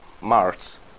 Mars